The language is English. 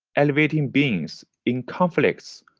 elevating beings, in conflicts,